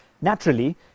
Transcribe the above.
Naturally